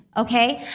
okay?